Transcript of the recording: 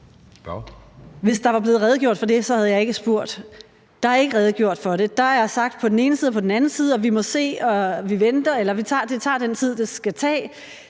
Hvis der var blevet redegjort for det, havde jeg ikke spurgt. Der er ikke redegjort for det. Der er blevet sagt: På den ene side og på den anden side, og vi må se, og vi venter, eller det tager den tid, det skal tage;